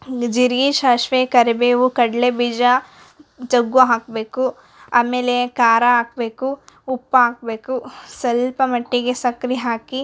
ಜೀರ್ಗೆ ಸಾಸ್ವೆ ಕರಿಬೇವು ಕಡ್ಲೇಬೀಜ ಜಗ್ಗು ಹಾಕಬೇಕು ಆಮೇಲೆ ಖಾರಾ ಹಾಕ್ಬೇಕು ಉಪ್ಪು ಹಾಕ್ಬೇಕು ಸ್ವಲ್ಪ ಮಟ್ಟಿಗೆ ಸಕ್ಕರೆ ಹಾಕಿ